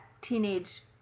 teenage